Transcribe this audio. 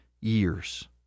years